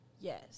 Yes